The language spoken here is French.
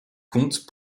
compte